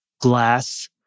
glass